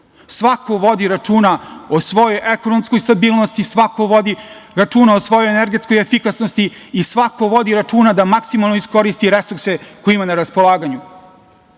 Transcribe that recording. svako vodi računa o svojoj ekonomskoj stabilnosti, svako vodi računa o svojoj energetskoj efikasnosti i svako vodi računa da maksimalno iskoristi resurse koje ima na raspolaganju. Potpuno